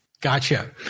Gotcha